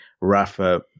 Rafa